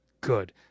Good